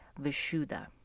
vishuddha